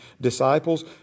disciples